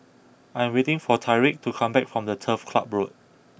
I am waiting for Tyreek to come back from Turf Club Road